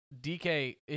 DK